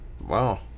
Wow